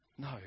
No